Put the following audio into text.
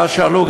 ואז שאלו,